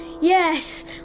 Yes